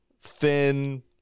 thin